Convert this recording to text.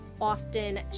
often